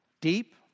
deep